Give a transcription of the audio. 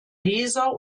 leser